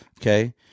Okay